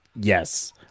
Yes